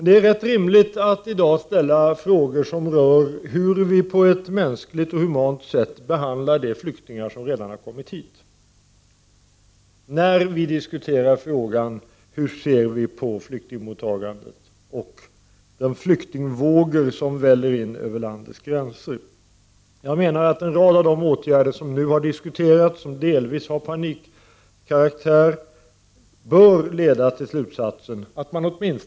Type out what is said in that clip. Det är rimligt att i dag ställa frågor som rör hur vi på ett mänskligt och humant sätt behandlar de flyktingar som redan har kommit hit, när vi diskuterar hur vi ser på flyktingmottagandet och den våg av flyktingar som väller in över landets gränser. Jag menar att en rad av de åtgärder som nu har disku terats, som delvis har panikkaraktär, bör leda till slutsatsen att man åtmin = Prot.